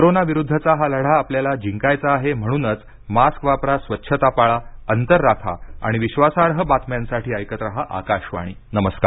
corona विरुद्धचा हा लढा आपल्याला जिंकायचा आहे म्हणूनच मास्क वापरा स्वच्छता पाळा अंतर राखा आणि विश्वासार्ह बातम्यांसाठी ऐकत रहा आकाशवाणी नमस्कार